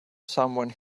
someone